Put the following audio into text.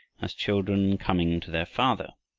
as children coming to their father.